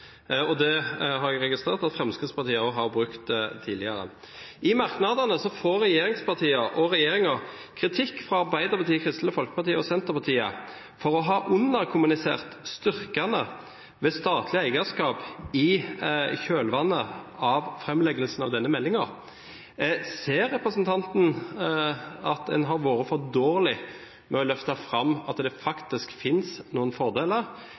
har jo registrert at Fremskrittspartiet har brukt det tidligere. I merknadene får regjeringen kritikk fra Arbeiderpartiet, Kristelig Folkeparti og Senterpartiet for å ha underkommunisert styrkene ved statlig eierskap i kjølvannet av framleggelsen av denne meldingen. Ser representanten at en har vært for dårlig med å løfte fram at det faktisk finnes noen fordeler